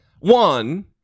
one